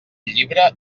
llibre